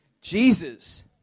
Jesus